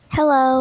Hello